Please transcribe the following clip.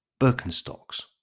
Birkenstocks